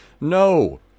No